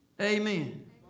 Amen